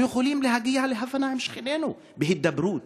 אנחנו יכולים להגיע להבנה עם שכנינו בהידברות,